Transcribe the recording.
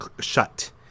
shut